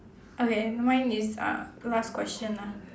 okay mine is uh last question ah